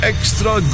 Extra